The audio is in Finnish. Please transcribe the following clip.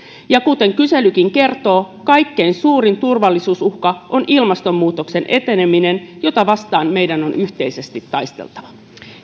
ja kuten kyselykin kertoo kaikkein suurin turvallisuusuhka on ilmastonmuutoksen eteneminen jota vastaan meidän on yhteisesti taisteltava